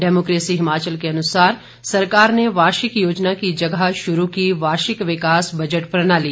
democracy Himachal के अनुसार सरकार ने वार्षिक योजना की जगह शुरू की वार्षिक विकास बजट प्रणाली